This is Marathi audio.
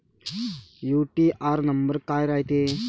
यू.टी.आर नंबर काय रायते?